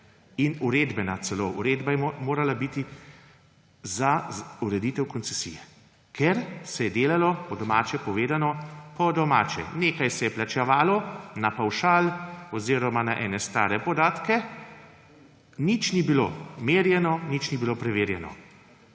in celo uredba je morala biti za ureditev koncesije, ker se je delalo, po domače povedano, po domače. Nekaj se je plačevalo na pavšal oziroma na ene stare podatke, nič ni bilo merjeno, nič ni bilo preverjeno.